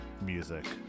music